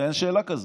הרי אין שאלה כזו.